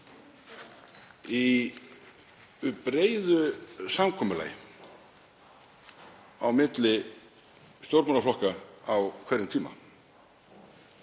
í breiðu samkomulagi á milli stjórnmálaflokka á hverjum tíma.